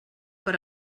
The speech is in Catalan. per